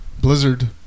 Blizzard